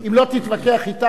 אם לא תתווכח אתם,